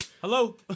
Hello